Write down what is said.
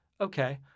okay